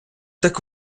так